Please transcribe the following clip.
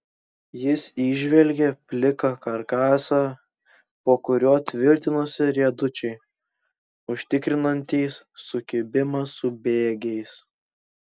jis įžvelgė pliką karkasą po kuriuo tvirtinosi riedučiai užtikrinantys sukibimą su bėgiais